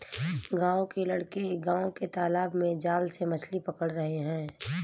गांव के लड़के गांव के तालाब में जाल से मछली पकड़ रहे हैं